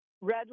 red